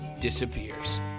disappears